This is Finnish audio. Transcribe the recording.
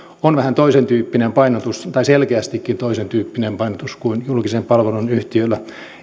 on vähän toisentyyppinen painotus tai selkeästikin toisentyyppinen painotus kuin julkisen palvelun yhtiöllä